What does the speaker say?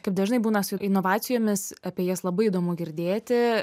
kaip dažnai būna su inovacijomis apie jas labai įdomu girdėti